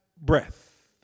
breath